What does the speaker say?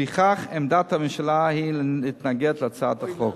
לפיכך עמדת הממשלה היא להתנגד להצעת החוק.